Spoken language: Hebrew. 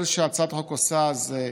כל מה שהצעת החוק עושה זה,